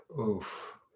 Oof